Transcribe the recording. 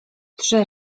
trzy